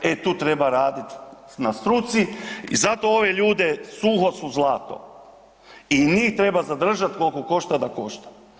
E tu treba raditi na struci i zato ove ljudi suho su zlato i njih treba zadržat koliko košta da košta.